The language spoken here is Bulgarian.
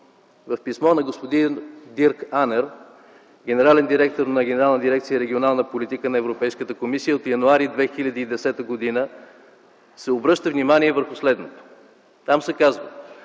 В писмо на господин Дирк Анер – генерален директор на Генерална дирекция „Регионална политика на Европейската комисия” от януари 2010 г. се обръща внимание върху следното. Там се казва: